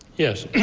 yes.